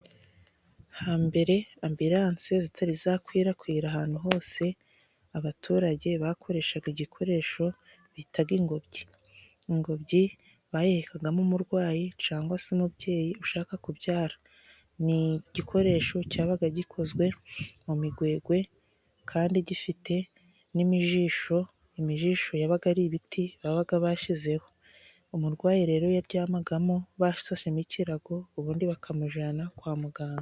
Hambere ambiransi zitari zakwirakwira ahantu hose, abaturage bakoreshaga igikoresha bita ingobyi. Ingobyi bayihekagamo umurwayi cyangwa se umubyeyi ushaka kubyara. Ni igikoresho cyabaga gikozwe mu migwegwe Kandi gifite n'imijisho. Imijisho yabaga ari ibiti babaga bashyizeho. Umurwayi rero yaryamagamo hashashemo ikirago ubundi bakamujyana kwa muganga.